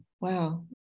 wow